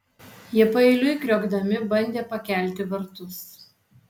jie paeiliui kriokdami bandė pakelti vartus